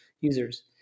users